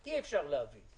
אי-אפשר להביא.